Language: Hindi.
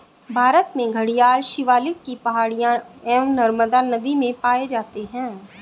भारत में घड़ियाल शिवालिक की पहाड़ियां एवं नर्मदा नदी में पाए जाते हैं